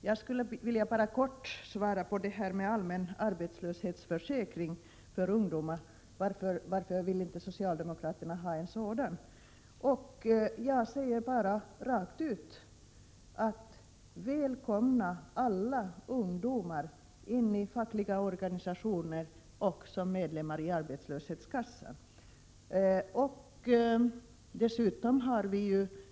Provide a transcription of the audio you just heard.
Jag skulle bara helt kort vilja svara på frågan varför socialdemokraterna inte vill ha en allmän arbetslöshetsförsäkring för ungdomar. Jag vill bara helt enkelt säga: Välkomna, alla ungdomar, som medlemmar i fackliga organisationer och i arbetslöshetskassor!